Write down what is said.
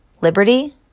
liberty